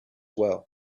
well